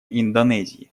индонезии